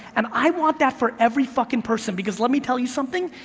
and i want that for every fucking person, because let me tell you something,